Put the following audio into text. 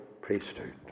priesthood